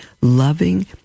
loving